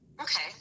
Okay